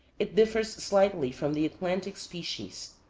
it differs slightly from the atlantic species.